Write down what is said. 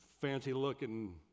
fancy-looking